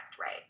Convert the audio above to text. right